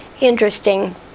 interesting